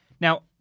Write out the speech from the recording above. Now